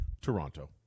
Toronto